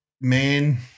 man